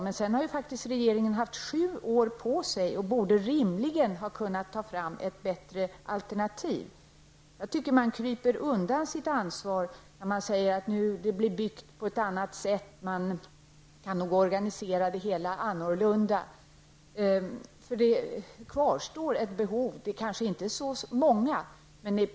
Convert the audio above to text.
Men sedan har ju regeringen haft sju år på sig och borde därför rimligen ha kunnat arbeta fram ett bättre alternativ. Jag tycker att man kryper undan sitt ansvar när man säger att det byggs upp på ett annat sätt och att det hela nog kan organiseras annorlunda. Det kvarstår ett behov. Det rör sig kanske inte om så många.